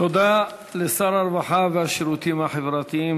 תודה לשר הרווחה והשירותים החברתיים,